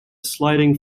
sliding